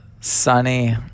sunny